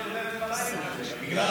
את לא נרדמת בלילה בגלל,